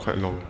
sure